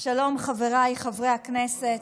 שלום, חבריי חברי הכנסת.